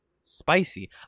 Spicy